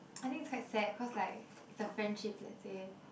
I think it's quite sad cause like the friendship let's say